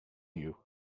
you